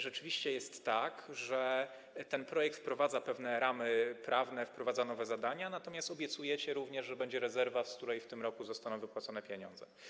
Rzeczywiście jest tak, że ten projekt wprowadza pewne ramy prawne i nowe zadania, obiecujecie również, że będzie rezerwa, z której w tym roku zostaną wypłacone pieniądze.